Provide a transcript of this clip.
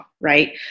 right